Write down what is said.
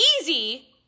easy